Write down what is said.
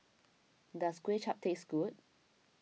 does Kuay Chap taste good